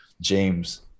James